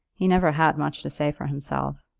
he never had much to say for himself.